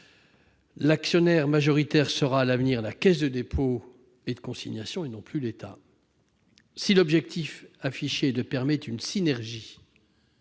L'actionnaire majoritaire sera à l'avenir la Caisse des dépôts et consignations, et non plus l'État. Si l'objectif affiché est de permettre une synergie-